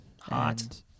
hot